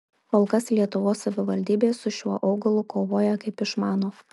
kol kas lietuvos savivaldybės su šiuo augalu kovoja kaip išmano